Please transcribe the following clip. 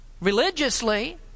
religiously